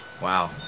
Wow